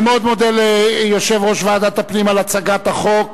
אני מאוד מודה ליושב-ראש ועדת הפנים על הצגת הצעת החוק